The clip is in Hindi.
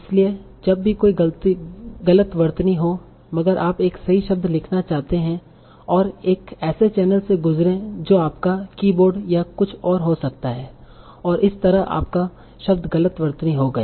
इसलिए जब भी कोई गलत वर्तनी हो मगर आप एक सही शब्द लिखना चाहते थे और एक ऐसे चैनल से गुज़रे जो आपका कीबोर्ड या कुछ और हो सकता है और इस तरह आपका शब्द गलत वर्तनी हो गया